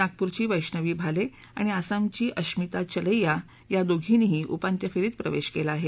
नागपूरची वैष्णवी भाले आणि असमची अश्मिता चलैया या दोघींनीही उपांत्य फेरीत प्रवेश केला आहे